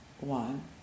one